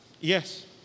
Yes